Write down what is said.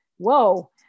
whoa